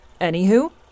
Anywho